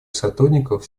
сотрудников